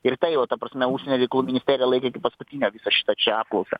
ir tai jau ta prasme užsienio reikalų ministerija laikė iki paskutinio visą šitą čia apklausą